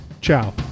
Ciao